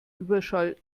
überschall